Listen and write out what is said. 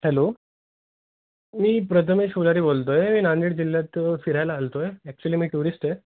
hello मी प्रथमेश पुजारी बोलतो आहे मी नांदेड जिल्ह्यात फिरायला आलो होतो आहे ॲक्च्युली मी टूरिस्ट आहे